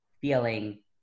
feeling